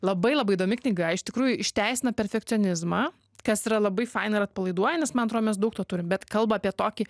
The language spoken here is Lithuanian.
labai labai įdomi knyga iš tikrųjų išteisina perfekcionizmą kas yra labai faina ir atpalaiduoja nes man atrodo mes daug to turim bet kalba apie tokį